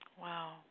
Wow